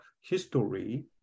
history